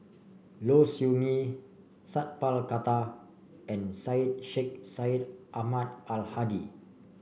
Low Siew Nghee Sat Pal Khattar and Syed Sheikh Syed Ahmad Al Hadi